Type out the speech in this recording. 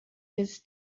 his